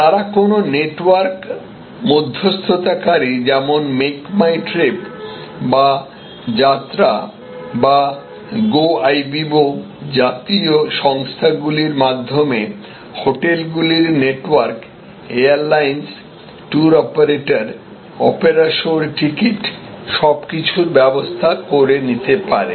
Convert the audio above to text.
তারা কোনও নেটওয়ার্ক মধ্যস্থতাকারী যেমন মেক মাই ট্রিপ বা যাত্রা বা গো আইবিবো জাতীয় সংস্থাগুলির মাধ্যমে হোটেলগুলির network airlines tour operator opera show র টিকিট সবকিছুর ব্যবস্থা করে নিতে পারে